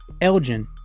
Elgin